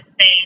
say